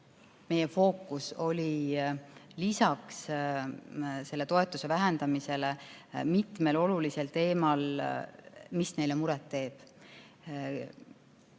meie fookus oli lisaks selle toetuse vähendamisele mitmel muul olulisel teemal, mis neile muret teeb.